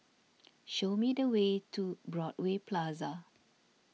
show me the way to Broadway Plaza